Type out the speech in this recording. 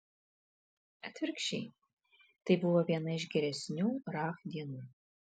atvirkščiai tai buvo viena iš geresnių raf dienų